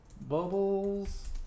Bubbles